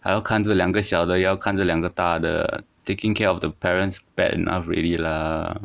还要看着两个小的又要看着两个大的 taking care of the parents bad enough already lah